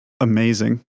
amazing